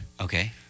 Okay